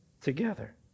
together